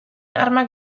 armak